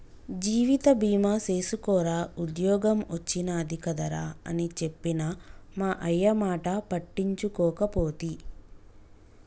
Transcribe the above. జీవిత బీమ సేసుకోరా ఉద్ద్యోగం ఒచ్చినాది కదరా అని చెప్పిన మా అయ్యమాట పట్టించుకోకపోతి